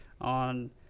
on